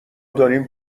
داریم